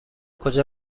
کجا